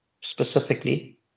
specifically